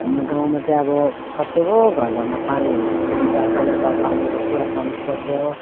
हाम्रो गाउँमा चाहिँ अब सबको घर घरमा पानीहरू चाहिन्छ पहिला त पानीको पुरा समस्या थियो